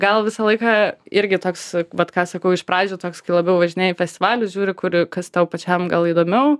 gal visą laiką irgi toks vat ką sakau iš pradžių toks kai labiau važinėji į festivalius žiūri kur kas tau pačiam gal įdomiau